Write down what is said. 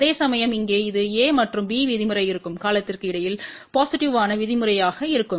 அதேசமயம் இங்கே இது a மற்றும் b விதிமுறை இருக்கும் காலத்திற்கு இடையில் பொசிட்டிவ் யான விதிமுறைமாக இருக்கும்